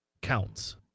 counts